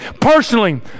personally